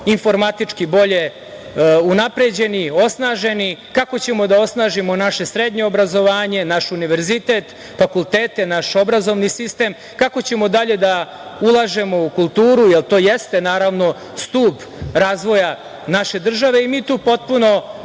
informatički bolje unapređeni, osnaženi, kako ćemo da osnažimo naše srednje obrazovanje, naš univerzitet, fakultete, naš obrazovni sistem, kako ćemo dalje da ulažemo u kulturu jer to jeste, naravno, stub razvoja naše države i mi tu potpuno